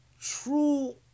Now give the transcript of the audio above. true